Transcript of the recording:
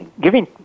Giving